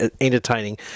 entertaining